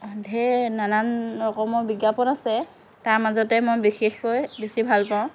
ঢেৰ নানান ৰকমৰ বিজ্ঞাপন আছে তাৰ মাজতে মই বিশেষকৈ বেছি ভাল পাওঁ